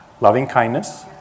Loving-kindness